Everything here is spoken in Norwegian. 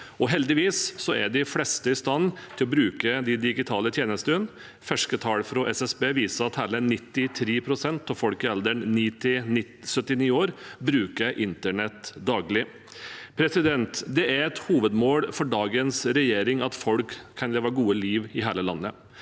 Heldigvis er de fleste i stand til å bruke de digitale tjenestene. Ferske tall fra SSB viser at hele 93 pst. av folk i alderen 9–79 år bruker internett daglig. Det er et hovedmål for dagens regjering at folk kan leve et godt liv i hele landet.